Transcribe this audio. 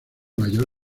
mayor